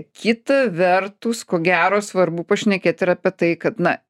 kita vertus ko gero svarbu pašnekėt ir apie tai kad na